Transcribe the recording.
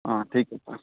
हाँ ठीक है